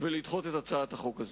ולדחות את הצעת החוק הזאת.